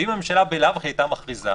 ואם הממשלה בלאו הכי הייתה מכריזה,